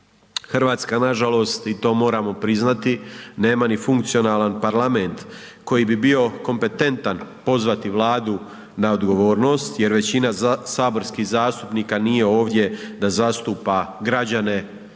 Hrvatska nažalost i to moramo priznati, nema ni funkcionalan parlament koji bi bio kompetentan pozvati Vladu na odgovornost jer većina saborskih zastupnika nije ovdje da zastupa građane, da